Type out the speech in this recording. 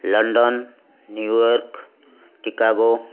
London New York Chicago